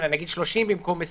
אלא 30 במקום 20,